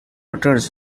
returns